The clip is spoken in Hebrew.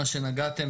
מה שנגעתם,